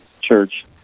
church